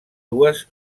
dues